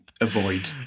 avoid